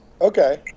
Okay